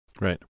Right